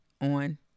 on